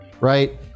Right